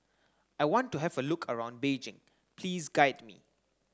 I want to have a look around Beijing please guide me